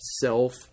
self